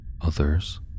Others